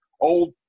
old